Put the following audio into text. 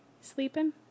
Sleeping